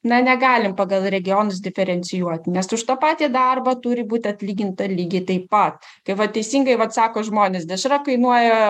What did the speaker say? na negalim pagal regionus diferencijuot nes už tą patį darbą turi būt atlyginta lygiai taip pat tai va teisingai vat sako žmonės dešra kainuoja